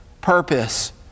purpose